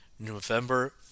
November